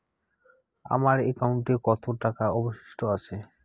আমার একাউন্টে কত টাকা অবশিষ্ট আছে?